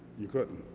you couldn't,